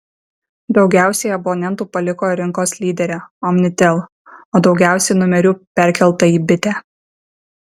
daugiausiai abonentų paliko rinkos lyderę omnitel o daugiausiai numerių perkelta į bitę